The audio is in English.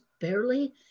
barely